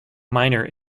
minor